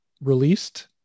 released